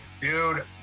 dude